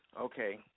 Okay